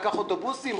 לקח אוטובוסים,